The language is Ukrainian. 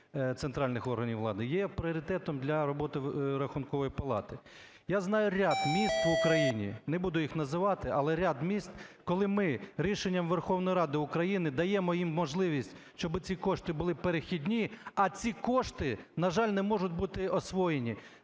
центральних органів влади, є пріоритетом для роботи Рахункової палати. Я знаю ряд міст в Україні, не буду їх називати, але ряд міст, коли ми рішенням Верховної Ради України даємо їм можливість, щоби ці кошти були перехідні, а ці кошти, на жаль, не можуть бути освоєні.